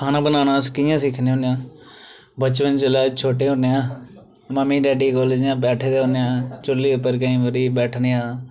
खाना बनाना अस कि'यां सिक्खने होन्ने आं बचपन जिसलै छोटे होन्ने आं मम्मी डैडी कोल इ'यां बैठे दे होन्ने आं चु'ल्ली उप्पर केईं बारी बैठने आं